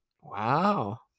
Wow